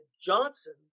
Johnson